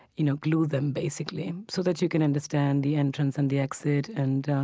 you know, glue them basically, so that you can understand the entrance and the exit and